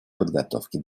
подготовки